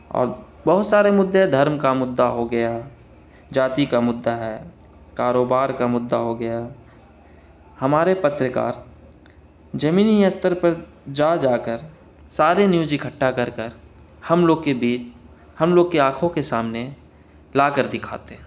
اور بہت سارے مدعے ہیں دھرم کا مدعا ہو گیا جاتی کا مدعا ہے کاروبار کا مدعا ہو گیا ہمارے پترکار زمینی استر پر جا جا کر سارے نیوج اکٹھا کر کر ہم لوگ کے بیچ ہم لوگ کے آنکھوں کے سامنے لا کر دکھاتے ہیں